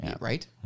Right